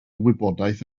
wybodaeth